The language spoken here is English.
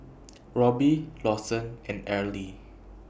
Robby Lawson and Arely